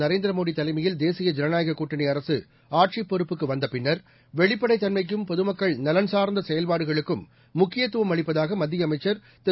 நரேந்திர மோடி தலைமையில் தேசிய ஜனநாயக கூட்டணி அரசு ஆட்சி பொறுப்புக்கு வந்த பின்னர் வெளிப்படைத் தன்மைக்கும் பொதுமக்கள் நலன்சார்ந்த செயல்பாடுகளுக்கும் முக்கியத்துவம் அளிப்பதாக மத்திய அமைச்சர் திரு